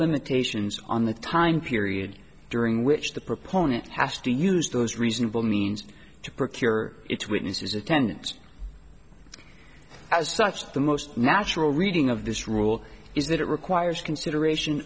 limitations on the time period during which the proponent has to use those reasonable means to procure its witnesses attendance as such the most natural reading of this rule is that it requires consideration